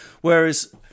Whereas